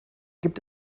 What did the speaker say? gibt